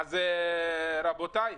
אז, רבותיי,